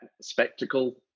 spectacle